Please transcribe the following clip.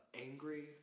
angry